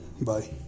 Bye